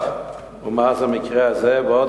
לא עבר יום אחד מאז המקרה הזה ועוד